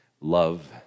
love